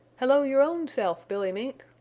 hello your own self, billy mink,